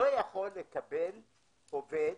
לא יכול לקבל עובד